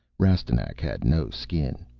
rastignac had no skin.